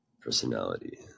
personality